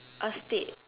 a state